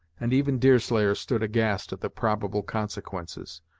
and even deerslayer stood aghast at the probable consequences.